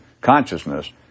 consciousness